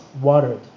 watered